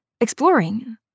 Exploring